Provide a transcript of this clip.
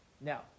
Now